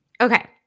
Okay